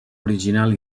original